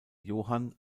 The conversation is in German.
johann